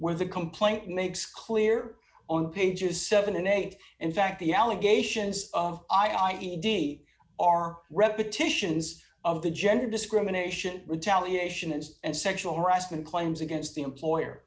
the complaint makes clear on pages seven and eight in fact the allegations of i d d are repetitions of the gender discrimination retaliation is and sexual harassment claims against the employer